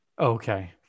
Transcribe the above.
Okay